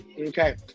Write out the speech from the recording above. Okay